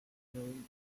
john